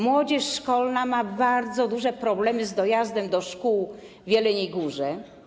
Młodzież szkolna ma bardzo duże problemy z dojazdem do szkół w Jeleniej Górze.